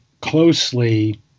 closely